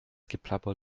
geplapper